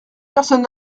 personne